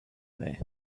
there